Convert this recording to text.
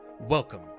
Welcome